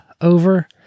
over